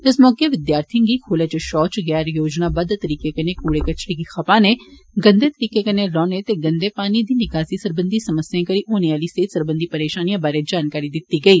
इस मौके विद्यार्थिएं गी खुल्ले च षौच गैर योजनाबद्द तरीके कन्नै कूड़ै कचरे गी खपाने गंदे तरीके कन्नै रौह्ने ते गंदे पानी दी निकासी सरबंधी समस्याएं कारण होने आह्ली सेहत सरबंधी परेषानिएं बारै जानकारी दित्ती गेई